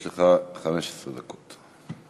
יש לך 15 דקות.